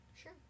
Sure